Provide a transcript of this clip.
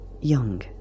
young